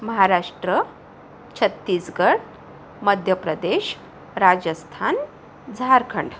Maharashtra Chhattisgarh Madhya Pradesh Rajasthan Jharkhand